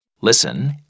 Listen